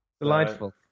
delightful